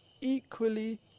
equally